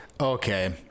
Okay